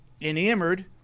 enamored